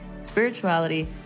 spirituality